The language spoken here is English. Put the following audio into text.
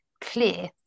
clear